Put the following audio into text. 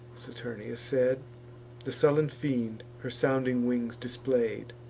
saturnia said the sullen fiend her sounding wings display'd,